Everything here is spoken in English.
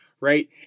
right